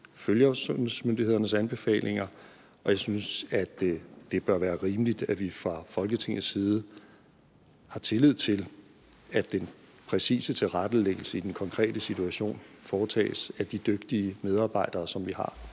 sundhedsmyndighedernes anbefalinger, og jeg synes, at det bør være rimeligt, at vi fra Folketingets side har tillid til, at den præcise tilrettelæggelse i den konkrete situation foretages af de dygtige medarbejdere, som vi har.